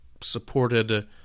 supported